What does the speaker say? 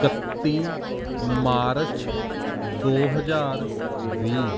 ਇਕੱਤੀ ਮਾਰਚ ਦੋ ਹਜ਼ਾਰ ਵੀਹ